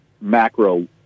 macro